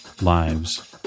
lives